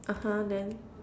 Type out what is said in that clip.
(uh huh) then